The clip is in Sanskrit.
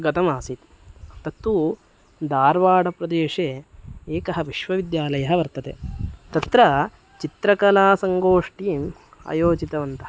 गतमासित् तत्तु दार्वाडप्रदेशे एकः विश्वविद्यालयः वर्तते तत्र चित्रकलासङ्गोष्टीम् अयोजितवन्तः